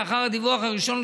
לאחר הדיווח הראשון,